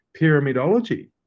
Pyramidology